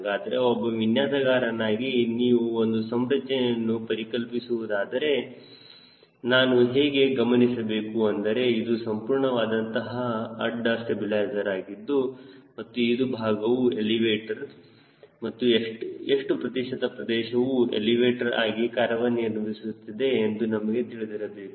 ಹಾಗಾದರೆ ಒಬ್ಬ ವಿನ್ಯಾಸಗಾರನಾಗಿ ನೀವು ಒಂದು ಸಂರಚನೆಯನ್ನು ಪರಿಕಲ್ಪಿಸುವುದಾದರೆ ನಾನು ಹೇಗೆ ಗಮನಿಸಬೇಕು ಎಂದರೆ ಇದು ಸಂಪೂರ್ಣವಾದಂತಹ ಅಡ್ಡ ಸ್ಟಬಿಲೈಜರ್ ಆಗಿದ್ದು ಮತ್ತು ಇಷ್ಟು ಭಾಗವು ಎಲಿವೇಟರ್ ಆದರೆ ಎಷ್ಟು ಪ್ರತಿಶತ ಪ್ರದೇಶವು ಎಲಿವೇಟರ್ ಆಗಿ ಕಾರ್ಯನಿರ್ವಹಿಸುತ್ತದೆ ಎಂದು ನನಗೆ ತಿಳಿದಿರಬೇಕು